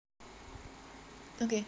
okay